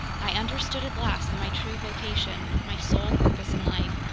i understood at last that my true vocation, my sole purpose in life,